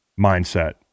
mindset